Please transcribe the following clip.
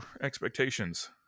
expectations